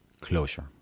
closure